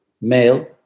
Male